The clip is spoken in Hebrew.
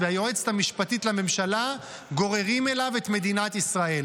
והיועצת המשפטית לממשלה גוררים אליו את מדינת ישראל,